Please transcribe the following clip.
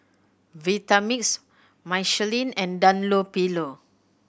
Vitamix Michelin and Dunlopillo